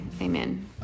Amen